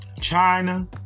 China